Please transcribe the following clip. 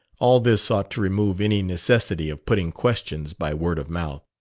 all this ought to remove any necessity of putting questions by word of mouth.